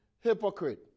Hypocrite